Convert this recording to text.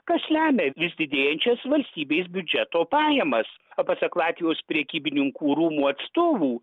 kas lemia vis didėjančias valstybės biudžeto pajamas o pasak latvijos prekybininkų rūmų atstovų